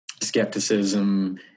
skepticism